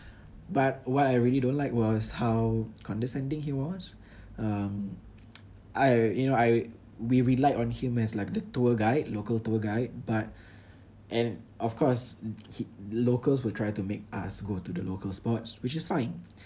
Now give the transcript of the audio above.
but what I really don't like was how condescending he was um I you know I we relied on him as like the tour guide local tour guide but and of course he locals will try to make us go to the local spots which is fine